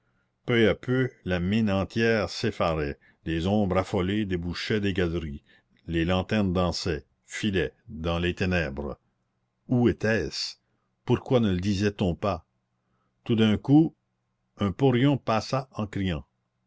peu à peu la mine entière s'effarait des ombres affolées débouchaient des galeries les lanternes dansaient filaient dans les ténèbres où était-ce pourquoi ne le disait-on pas tout d'un coup un porion passa en criant